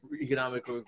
economic